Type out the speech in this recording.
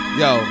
yo